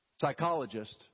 psychologist